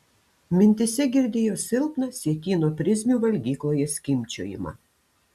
mintyse girdėjo silpną sietyno prizmių valgykloje skimbčiojimą